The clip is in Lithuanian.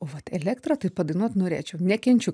vat elektrą tai padainuot norėčiau nekenčiu